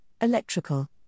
electrical